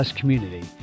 community